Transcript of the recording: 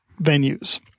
venues